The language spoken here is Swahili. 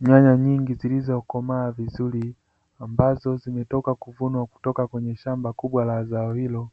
Nyanya nyingi zilizokomaa vizuri ambazo zimetoka kuvunwa kutoka kwenye shamba kubwa la zao hilo,